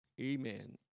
Amen